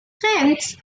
tense